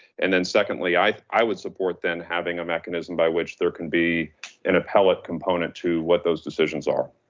and then secondly, i i would support then having a mechanism by which there can be an appellate component to what those decisions are.